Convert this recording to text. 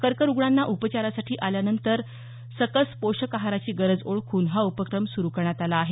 कर्करुग्णांना उपचारासाठी आल्यानंतर सकस पोषक आहाराची गरज ओळखून हा उपक्रम सुरू करण्यात आला आहे